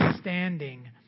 standing